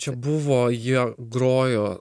čia buvo jo grojo